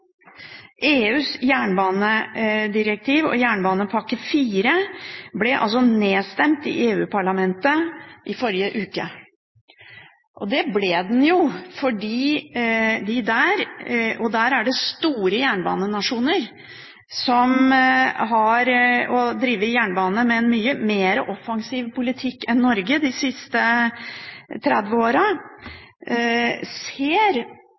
EUs jernbanedirektiv og jernbanepakke IV ble altså nedstemt i EU-parlamentet i forrige uke. Det ble den jo fordi store jernbanenasjoner som har drevet jernbane med en mye mer offensiv politikk enn Norge de siste 30